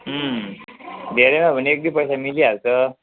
धेरै हो भने एक दुई पैसा मिलिहाल्छ